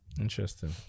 Interesting